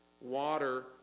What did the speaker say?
water